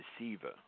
receiver